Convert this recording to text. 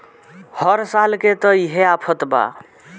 हर साल के त इहे आफत बा